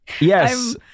Yes